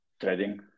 trading